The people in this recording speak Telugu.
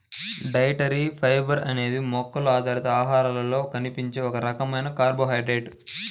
డైటరీ ఫైబర్ అనేది మొక్కల ఆధారిత ఆహారాలలో కనిపించే ఒక రకమైన కార్బోహైడ్రేట్